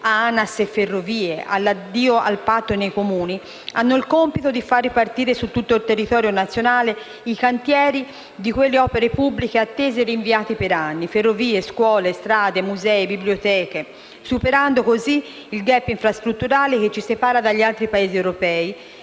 ANAS e Ferrovie, all'addio al Patto nei Comuni - hanno il compito di far ripartire su tutto il territorio nazionale i cantieri di quelle opere pubbliche attese e rinviate per anni: ferrovie, scuole, strade, musei, biblioteche, superando così il *gap* infrastrutturale che ci separa dagli altri Paesi europei